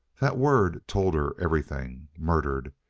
that word told her everything. murdered!